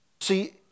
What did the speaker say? See